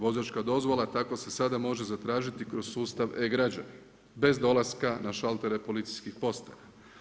Vozačka dozvola tako se sada može zatražiti sustav E-građanin, bez dolaska na šaltere policijskih postaja.